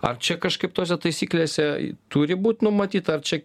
ar čia kažkaip tose taisyklėse turi būt numatyta ar čia